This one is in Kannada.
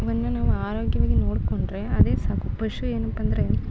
ಅದನ್ನು ನಾವು ಆರೋಗ್ಯವಾಗಿ ನೋಡಿಕೊಂಡ್ರೆ ಅದೇ ಸಾಕು ಪಶು ಏನು ಬಂದರೆ